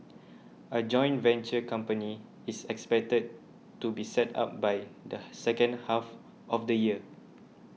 a joint venture company is expected to be set up by the second half of the year